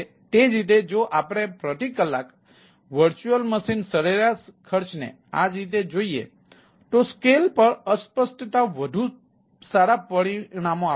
એ જ રીતે જો આપણે પ્રતિ કલાક VM સરેરાશ ખર્ચને આ જ રીતે જોઈએ તો સ્કેલ પર અસ્પષ્ટતા વધુ સારા પરિણામો આપે છે